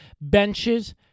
benches